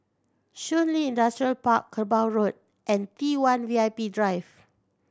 Shun Li Industrial Park Kerbau Road and T One V I P Drive